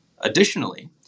Additionally